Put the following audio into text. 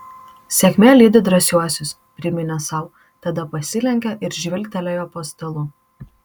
sėkmė lydi drąsiuosius priminė sau tada pasilenkė ir žvilgtelėjo po stalu